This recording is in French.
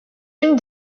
une